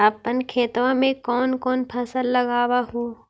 अपन खेतबा मे कौन कौन फसल लगबा हू?